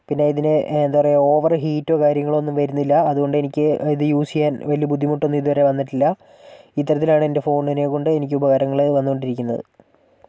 പിന്നെ ഇതിന് എ എന്താ പറയുക ഓവറ് ഹീറ്റോ കാര്യങ്ങളൊന്നും വരുന്നില്ല അതുകൊണ്ടെനിക്ക് ഇത് യൂസ് ചെയ്യാൻ വലിയ ബുദ്ധിമുട്ടൊന്നും ഇതുവരെ വന്നിട്ടില്ല ഇത്തരത്തിലാണ് എൻ്റെ ഫോണിനെ കൊണ്ട് എനിക്ക് ഉപകാരങ്ങള് വന്നുകൊണ്ടിരിക്കുന്നത്